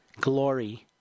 Glory